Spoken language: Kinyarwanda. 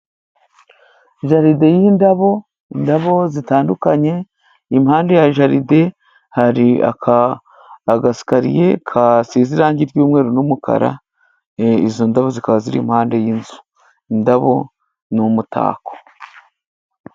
Jaride y'indabo ,indabo zitandukanye, impande ya jaride hari agasikariye gasize irangi ry'umweru n'umukara. Izo ndabo zikaba ziri impande y'inzu . Indabo ni umutako.